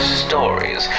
stories